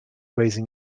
raising